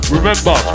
Remember